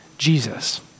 Jesus